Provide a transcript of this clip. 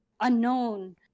unknown